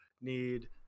need